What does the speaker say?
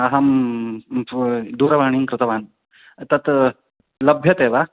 अहं दूरवाणीं कृतवान् तत् लभ्यते वा